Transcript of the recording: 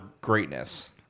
greatness